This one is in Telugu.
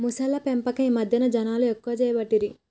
మొసళ్ల పెంపకం ఈ మధ్యన జనాలు ఎక్కువ చేయబట్టిరి